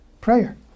prayer